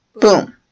boom